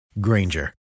Granger